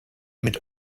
mit